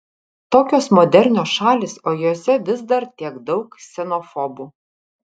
tokios modernios šalys o jose vis dar tiek daug ksenofobų